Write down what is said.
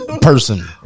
person